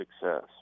success